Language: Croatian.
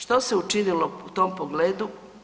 Što se učinilo u tom pogledu?